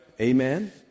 Amen